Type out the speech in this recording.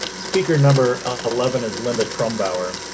speaker number eleven is linda trumbauer.